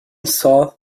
south